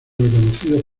reconocidos